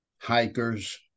hikers